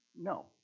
No